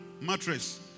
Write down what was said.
Mattress